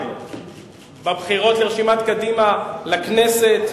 בבחירות לרשימת קדימה לכנסת.